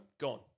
gone